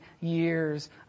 years